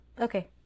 Okay